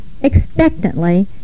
expectantly